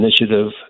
Initiative